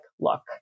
Look